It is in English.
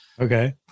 Okay